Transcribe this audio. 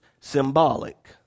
symbolic